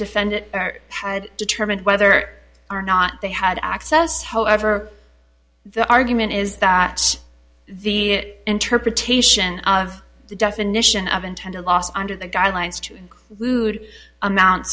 to fend it had determined whether or not they had access however the argument is that the interpretation of the definition of intent a loss under the guidelines to lewd amount